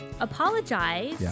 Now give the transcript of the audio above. apologize